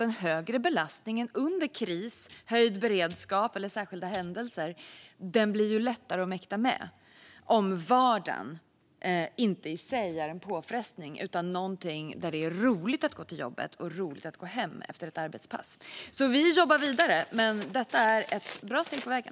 En högre belastning under kris, höjd beredskap eller särskilda händelser blir såklart lättare att mäkta med om vardagen i sig inte är en påfrestning, utan det är roligt att gå till jobbet och roligt att gå hem efter ett arbetspass. Vi jobbar vidare, men detta är ett bra steg på vägen!